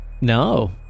no